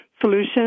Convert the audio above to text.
solution